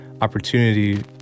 opportunity